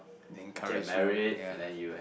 then courage you yea